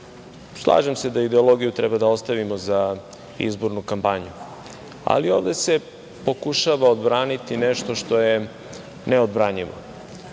se da ideologiju treba da ostavimo za izbornu kampanju, ali ovde se pokušava odbraniti nešto što je neodbranjivo.